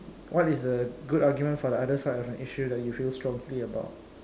what is the good argument for the other side of an issue that you feel strongly about